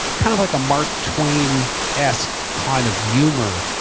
kind of like a mark twain ask kind of humor,